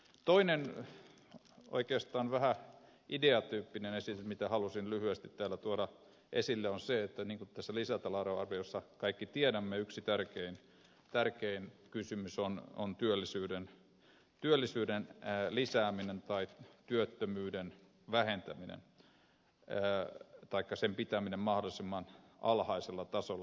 toinen oikeastaan vähän ideatyyppinen esitys minkä halusin lyhyesti täällä tuoda esille on se että niin kuin kaikki tiedämme tässä lisätalousarviossa yksi tärkein kysymys on työllisyyden lisääminen tai työttömyyden vähentäminen taikka sen pitäminen mahdollisimman alhaisella tasolla